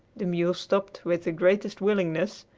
the mule stopped with the greatest willingness,